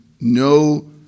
no